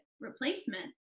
replacement